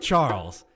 Charles